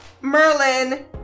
merlin